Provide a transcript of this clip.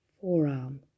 forearm